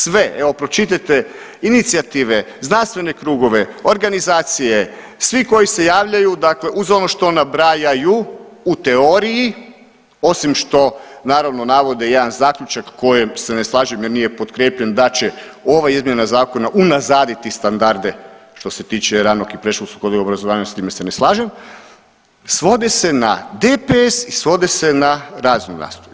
Sve, evo pročitajte inicijative, znanstvene krugove, organizacije, svi koji se javljaju dakle uz ono što nabrajaju u teoriji osim što naravno navode jedan zaključak kojem se ne slažem jer nije podkrijepljen da će ova izmjena zakona unazaditi standarde što se tiče ranog i predškolskog odgoja i obrazovanja s time se ne slažem, svodi se na DPS i svodi se na razrednu nastavu.